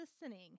listening